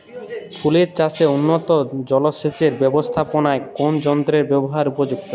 ফুলের চাষে উন্নত জলসেচ এর ব্যাবস্থাপনায় কোন যন্ত্রের ব্যবহার উপযুক্ত?